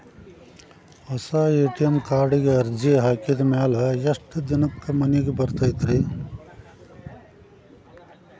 ಹೊಸಾ ಎ.ಟಿ.ಎಂ ಕಾರ್ಡಿಗೆ ಅರ್ಜಿ ಹಾಕಿದ್ ಮ್ಯಾಲೆ ಎಷ್ಟ ದಿನಕ್ಕ್ ಮನಿಗೆ ಬರತೈತ್ರಿ?